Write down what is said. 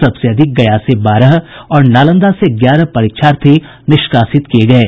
सबसे अधिक गया से बारह और नालंदा से ग्यारह परीक्षार्थी निष्कासित किये गये